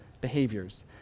behaviors